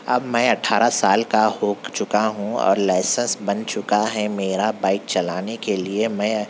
اب میں اٹھارہ سال کا ہو چکا ہوں اور لائسینس بن چکا ہے میرا بائیک چلانے کے لیے میں